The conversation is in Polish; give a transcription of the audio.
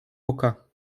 oka